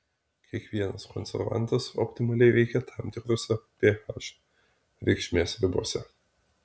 kiekvienas konservantas optimaliai veikia tam tikrose ph reikšmės ribose